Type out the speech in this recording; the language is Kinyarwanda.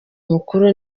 mukuru